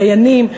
דיינים,